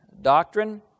doctrine